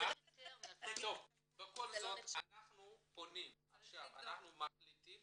בכל זאת אנחנו מחליטים